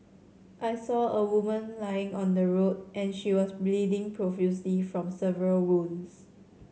I saw a woman lying on the road and she was bleeding profusely from several wounds